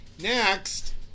next